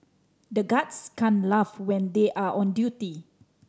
the guards can't laugh when they are on duty